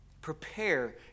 Prepare